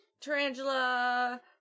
tarantula